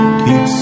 keep